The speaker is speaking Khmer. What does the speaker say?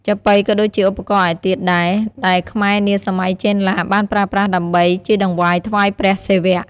ចាប៉ីក៏ដូចជាឧបករណ៍ឯទៀតដែរ ដែលខ្មែរនាសម័យចេនឡាបានប្រើប្រាស់ដើម្បីជាតង្វាយថ្វាយព្រះសិវៈ។